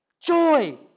Joy